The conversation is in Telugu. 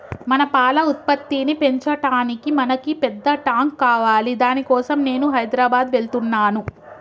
మన పాల ఉత్పత్తిని పెంచటానికి మనకి పెద్ద టాంక్ కావాలి దాని కోసం నేను హైదరాబాద్ వెళ్తున్నాను